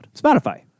Spotify